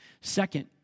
Second